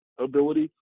ability